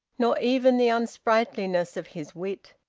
nor even the unsprightliness of his wit.